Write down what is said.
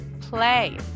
play